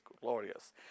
glorious